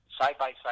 Side-by-side